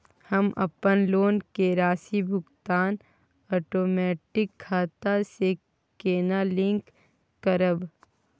हम अपन लोन के राशि भुगतान ओटोमेटिक खाता से केना लिंक करब?